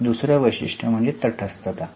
दुसर वैशिष्ट्य म्हणजे 'तटस्थता'